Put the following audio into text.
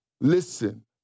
Listen